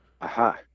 Aha